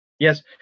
Yes